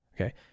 Okay